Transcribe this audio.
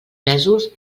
pèsols